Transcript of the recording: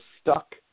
stuck